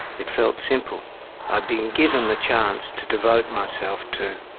it felt simple i had been given the chance to devote myself to.